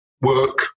work